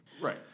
Right